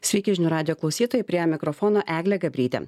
sveiki žinių radijo klausytojai prie mikrofono eglė gabrytė